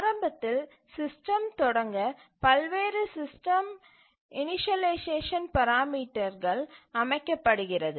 ஆரம்பத்தில் சிஸ்டம் தொடங்க பல்வேறு சிஸ்டம் இணிஷியலைசேஷன் பராமீட்டர்கள் அமைக்கப்படுகிறது